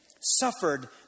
Suffered